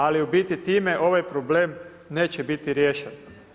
Ali u biti time ovaj problem neće biti riješen.